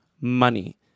money